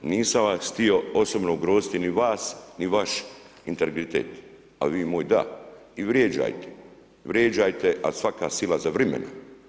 Nisam vas htio osobno ugroziti ni vas ni vaš integritet, ali vi moj da i vrijeđajte, vrijeđajte, ali svaka sila za vremena.